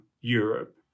Europe